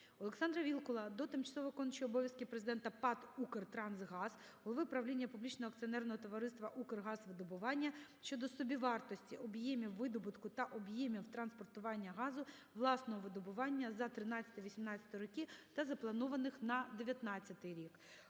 ОлександраВілкула до тимчасово виконуючого обов'язки Президента ПАТ "Укртрансгаз", Голови Правління Публічного акціонерного товариства «Укргазвидобування» щодо собівартості, об'ємів видобутку та об'ємів транспортування газу власного видобування за 13-18-й роки, та запланованих на 19-й рік.